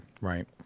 Right